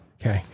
Okay